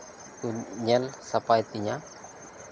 ᱠᱩᱧ ᱧᱮᱞ ᱥᱟᱯᱟᱭ ᱛᱤᱧᱟ